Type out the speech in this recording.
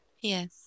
Yes